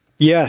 Yes